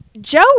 Joe